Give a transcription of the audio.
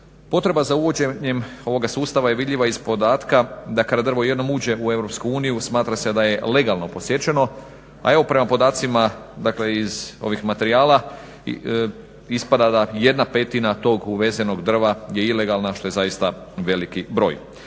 Potreba za uvođenjem ovoga sustava je vidljiva iz podatka da kada drvo jednom uđe u Europsku uniju smatra se da je legalno posjećeno a evo prema podacima dakle iz ovih materijala ispada da jedna petina tog uvezenog drva je ilegalna što je zaista veliki broj.